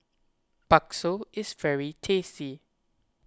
Bakso is very tasty